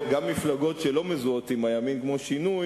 כמו שינוי,